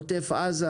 עוטף עזה